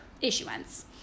issuance